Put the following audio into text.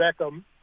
Beckham